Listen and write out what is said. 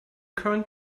current